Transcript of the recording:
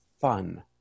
fun